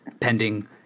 pending